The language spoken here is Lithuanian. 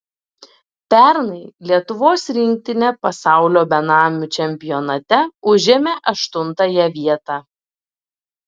pernai lietuvos rinktinė pasaulio benamių čempionate užėmė aštuntąją vietą